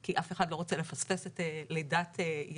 כי אף אחד לא רוצה לפספס את לידת ילדו,